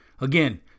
Again